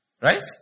right